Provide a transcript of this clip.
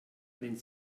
wenn